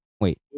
Wait